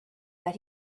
that